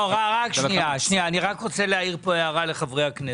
אני רק רוצה להעיר פה הערה לחברי הכנסת.